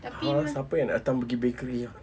!huh! siapa yang nak datang pergi bakery ah